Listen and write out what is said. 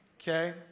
Okay